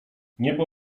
niebo